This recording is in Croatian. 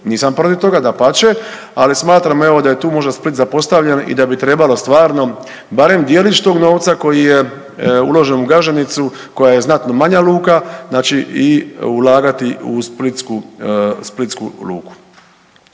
nisam protiv toga dapače, ali smatram evo da je tu možda Split zapostavljen i da bi trebalo stvarno barem djelić tog novca koji je uložen u Gaženicu koja je znatno manja luka znači i ulagati u splitsku,